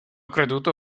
creduto